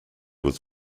was